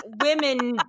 women